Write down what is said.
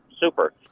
super